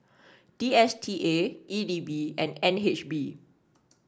D S T A E D B and N H B